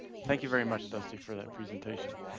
thank you very much dusty for that presentation,